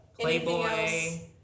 Playboy